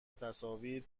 تصاویر